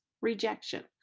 rejection